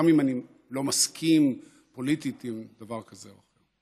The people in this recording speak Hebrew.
גם אם אני לא מסכים פוליטית עם דבר כזה או אחר.